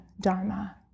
Dharma